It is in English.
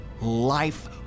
life